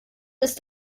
ist